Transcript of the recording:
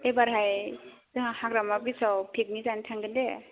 एबारहाय जोंहा हाग्रामा ब्रिसाव पिकनिक जानो थांगोन दे